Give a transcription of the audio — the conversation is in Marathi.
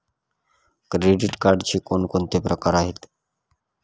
क्रेडिट कार्डचे कोणकोणते प्रकार आहेत?